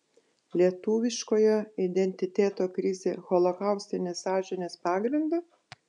lietuviškojo identiteto krizė holokaustinės sąžinės pagrindu